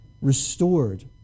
restored